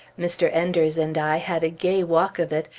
mr. enders and i had a gay walk of it,